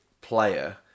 player